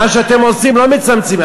מה שאתם עושים, מה מצמצמים?